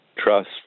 trust